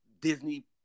Disney